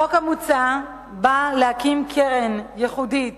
החוק המוצע בא להקים קרן ייחודית